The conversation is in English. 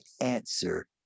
answer